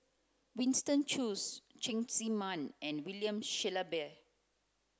Winston Choos Cheng Tsang Man and William Shellabear